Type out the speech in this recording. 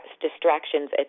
distractions